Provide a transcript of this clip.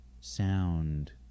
sound